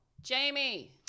Jamie